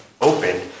opened